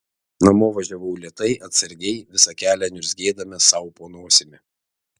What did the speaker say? namo važiavau lėtai atsargiai visą kelią niurzgėdama sau po nosimi